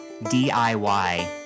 DIY